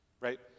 right